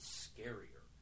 scarier